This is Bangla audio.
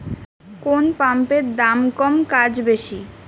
কোন পাম্পের দাম কম কাজ বেশি?